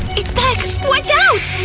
it's back! watch out!